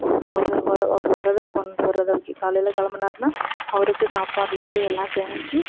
அவர் ஒரு ஒரு வர்றதை கொண்டு வர்றதை வச்சு காலையில் கிளம்புனாருன்னா அவருக்குச் சாப்பாட்டிலேருந்து எல்லாம் செஞ்சு